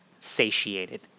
satiated